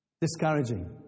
discouraging